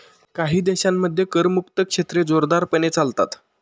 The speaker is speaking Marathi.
काही देशांमध्ये करमुक्त क्षेत्रे जोरदारपणे चालतात